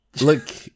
look